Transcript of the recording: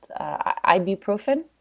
ibuprofen